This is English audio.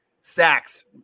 sacks